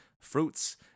fruits